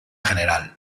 general